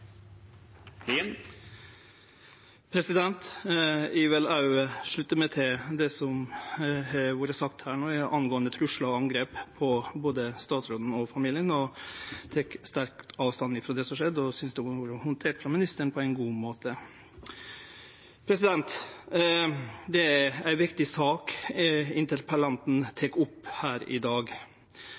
Eg vil òg slutte meg til det som har vore sagt angåande truslar og angrep på både statsråden og familien, og tek sterk avstand frå det som har skjedd. Eg synest det har vore handtert på ein god måte av statsråden. Det er ei viktig sak interpellanten tek opp her i dag.